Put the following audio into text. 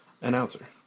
Announcer